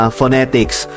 phonetics